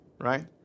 right